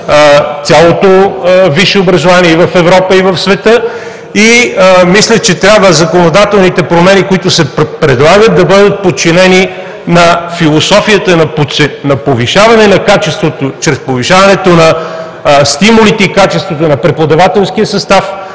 цялото висше образование и в Европа, и в света. Мисля, че законодателните промени, които се предлагат, трябва да бъдат подчинени на философията на повишаване на качеството чрез повишаването на стимулите и качеството на преподавателския състав,